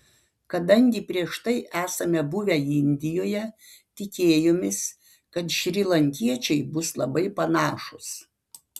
kadangi prieš tai esame buvę indijoje tikėjomės kad šrilankiečiai bus labai panašūs